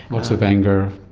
lots of anger,